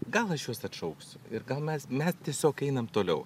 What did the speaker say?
gal aš juos atšauksiu ir gal mes ne tiesiog einam toliau